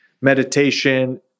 meditation